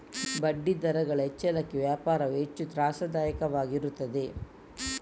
ಬಡ್ಡಿದರಗಳ ಹೆಚ್ಚಳಕ್ಕೆ ವ್ಯಾಪಾರವು ಹೆಚ್ಚು ತ್ರಾಸದಾಯಕವಾಗಿರುತ್ತದೆ